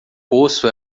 poço